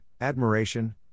admiration